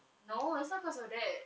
no it's not because of that